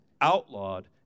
outlawed